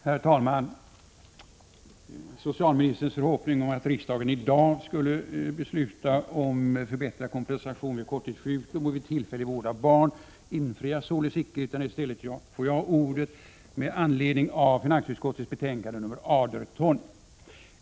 Herr talman! Socialministerns förhoppning om att riksdagen i dag skulle besluta om förbättrad kompensation vid korttidssjukdom och vid tillfällig vård av barn infrias således inte. I stället får jag ordet med anledning av finansutskottets betänkande 18.